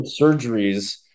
surgeries